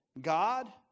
God